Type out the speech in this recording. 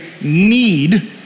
need